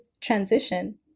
transition